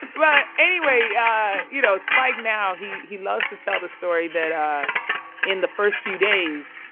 but anyway, yeah you know, spike now, he he loves to tell the story that ah in the first few days,